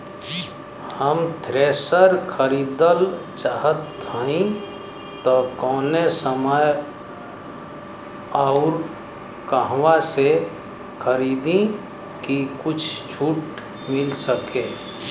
हम थ्रेसर खरीदल चाहत हइं त कवने समय अउर कहवा से खरीदी की कुछ छूट मिल सके?